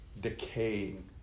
decaying